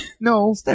No